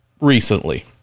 recently